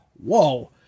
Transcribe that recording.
whoa